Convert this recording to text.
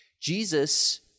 Jesus